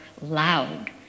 loud